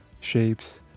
shapes